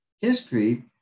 History